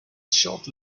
short